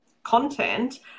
content